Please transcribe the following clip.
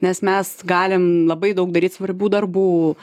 nes mes galim labai daug daryt svarbių darbų